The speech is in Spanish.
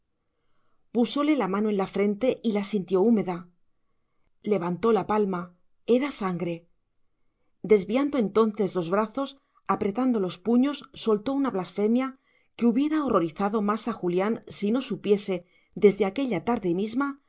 púsole la mano en la frente y la sintió húmeda levantó la palma era sangre desviando entonces los brazos apretando los puños soltó una blasfemia que hubiera horrorizado más a julián si no supiese desde aquella tarde misma